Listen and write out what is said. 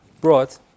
brought